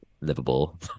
livable